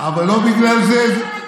כי נתן,